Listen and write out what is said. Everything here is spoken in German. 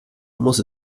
muss